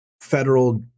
federal